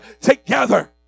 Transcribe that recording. together